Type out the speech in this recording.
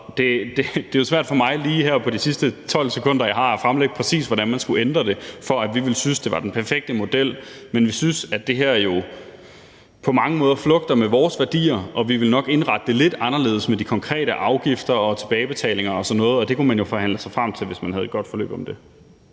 det er jo svært for mig lige her på de sidste 12 sekunder, jeg har, at fremlægge, præcis hvordan man skulle ændre det, for at vi ville synes, det var den perfekte model. Men vi synes jo, at det her på mange måder flugter med vores værdier, og vi ville nok indrette det lidt anderledes med de konkrete afgifter og tilbagebetalinger og sådan noget, og det kunne man jo forhandle sig frem til, hvis man havde et godt forløb om det.